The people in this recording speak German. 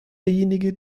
derjenige